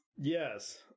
Yes